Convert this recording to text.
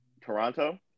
Toronto